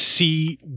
see